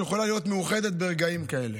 שיכולה להיות מאוחדת ברגעים כאלה,